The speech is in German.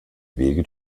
wege